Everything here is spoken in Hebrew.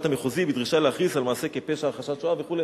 המחוזי בדרישה להכריז על מעשה כפשע הכחשת השואה וכו'.